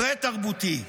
פרה-תרבותי.